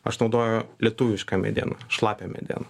aš naudoju lietuvišką medieną šlapią medieną